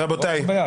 רבותיי,